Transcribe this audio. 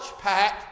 pack